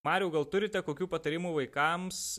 mariau gal turite kokių patarimų vaikams